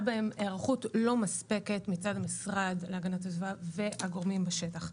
בהם היערכות לא מספקת מצד המשרד להגנת הסביבה והגורמים בשטח.